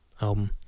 album